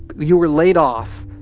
you were laid off.